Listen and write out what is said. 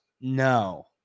No